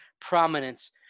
prominence